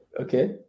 Okay